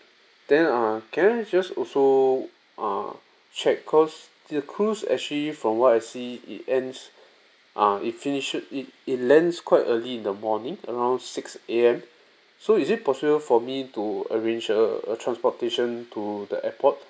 then uh can I just also uh check cause the cruise actually from what I see it ends uh it finishes it it lands quite early in the morning around six AM so is it possible for me to arrange err a transportation to the airport